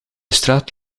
straat